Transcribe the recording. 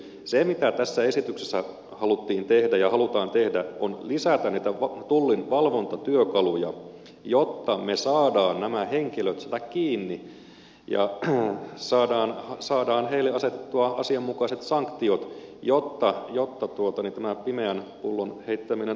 se mitä tässä esityksessä haluttiin tehdä ja halutaan tehdä on lisätä niitä tullin valvontatyökaluja jotta me saamme nämä henkilöt kiinni ja saamme heille asetettua asianmukaiset sanktiot jotta tämä pimeän pullon heittäminen loppuisi